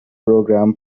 program